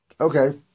Okay